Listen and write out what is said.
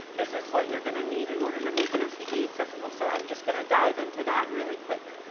this is what you're gonna need in order to make an svg accessible. so i'm just gonna dive into that really quick.